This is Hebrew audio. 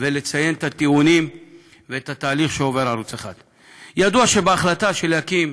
ולציין את הטיעונים ואת התהליך שעובר ערוץ 20. ידוע שבהחלטה להקים